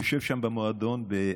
יושב שם במועדון באדיס.